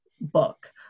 book